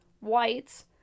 whites